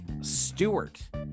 Stewart